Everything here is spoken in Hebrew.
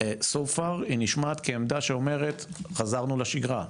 So Far היא נשמעת כמו עמדה שאומרת: ״חזרנו לשגרה,